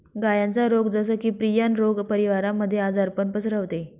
गायांचा रोग जस की, प्रियन रोग परिवारामध्ये आजारपण पसरवते